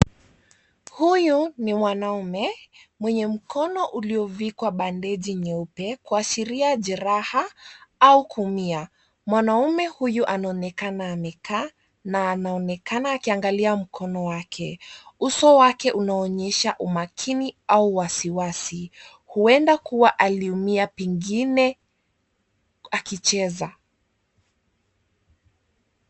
Huyu ni mwanamume mwenye mkono uliovikwa bandeji nyeupe kuashiria jeraha au kuumia. Mwanamume huyu anaonekana amekaa na anaonekana akiangalia mkono wake. Uso wake unaonyesha umakini au wasiwasi. Huenda kua aliumia pengine akicheza.